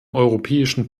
europäischen